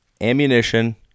ammunition